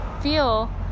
feel